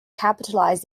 capitalize